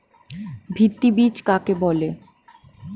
ভিত্তি বীজ কাকে বলে?